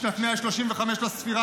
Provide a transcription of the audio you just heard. בשנת 135 לספירה,